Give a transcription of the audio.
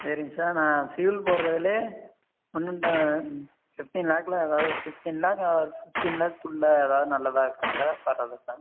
சரிங்க சார் நான் ஃப்யூல் போடுறதுலே கொஞ்சம் இந்த ஃபிஃப்ட்டின் லேக்கில் அதாவது ஃபிஃப்ட்டின் லேக் ஆர் ஃபிஃப்ட்டின் லேக்குள்ளே ஏதாவது நல்லதாக கெடைச்சா பரவாயில்ல சார்